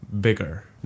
bigger